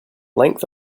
length